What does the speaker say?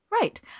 Right